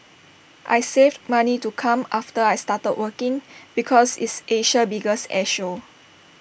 I saved money to come after I started working because it's Asia's biggest air show